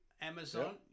Amazon